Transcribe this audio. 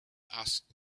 asked